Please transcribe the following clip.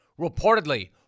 Reportedly